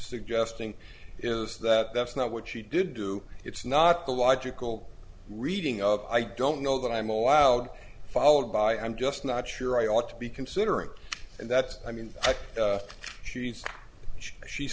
suggesting is that that's not what she did do it's not a logical reading of i don't know that i'm allowed followed by i'm just not sure i ought to be considering that i mean she's she